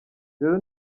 rero